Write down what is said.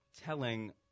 telling